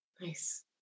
Nice